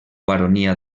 baronia